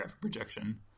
projection